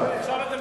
עכשיו אתה נכנס,